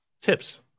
Tips